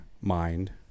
mind